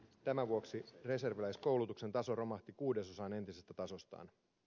tämän vuoksi reserviläiskoulutuksen taso romahti kuudesosaan entisestä tasostaan